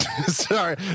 Sorry